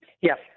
Yes